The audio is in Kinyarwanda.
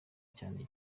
cyane